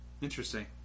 interesting